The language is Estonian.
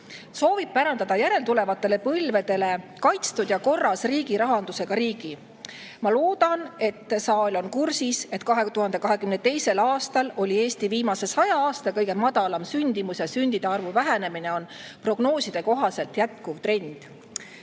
soovib pärandada järeltulevatele põlvedele kaitstud ja korras riigirahandusega riigi. Ma loodan, et saal on kursis, et 2022. aastal oli Eestis viimase 100 aasta kõige madalam sündimus ja sündide arvu vähenemine on prognooside kohaselt jätkuv trend.